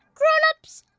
grown-ups,